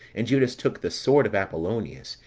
and judas took the sword of apollonius,